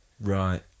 right